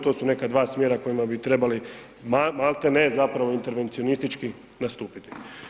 To su neka dva smjera kojima bi trebali malte ne zapravo intervencionistički nastupiti.